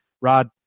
Rod